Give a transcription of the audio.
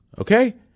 okay